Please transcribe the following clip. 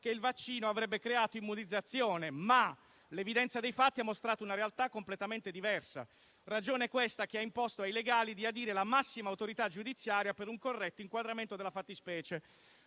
che il vaccino avrebbe creato immunizzazione, ma l'evidenza dei fatti ha mostrato una realtà completamente diversa; ragione - questa - che ha imposto ai legali di adire la massima autorità giudiziaria per un corretto inquadramento della fattispecie.